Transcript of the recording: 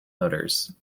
motors